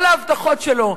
כל ההבטחות שלו,